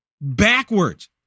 backwards